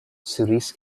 series